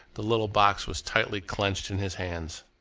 the little box was tightly clenched in his hands.